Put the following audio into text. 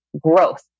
growth